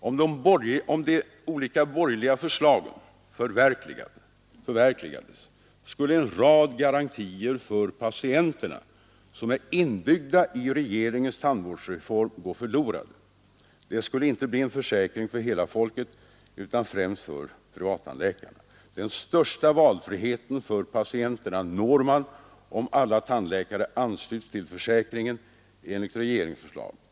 Om de olika borgerliga förslagen förverkligades, skulle en rad garantier för patienten vilka är inbyggda i regeringens tandvårdsreform gå förlorade. Det skulle inte bli en försäkring för hela folket utan främst för privattandläkarna. Den största valfriheten för patienterna når man om alla tandläkare ansluts till försäkringen enligt regeringens förslag.